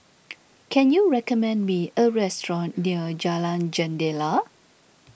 can you recommend me a restaurant near Jalan Jendela